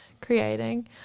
creating